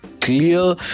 clear